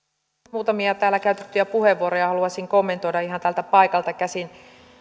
muutamia täällä käytettyjä puheenvuoroja haluaisin kommentoida ihan täältä paikalta käsin